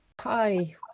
Hi